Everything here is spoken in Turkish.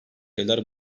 evler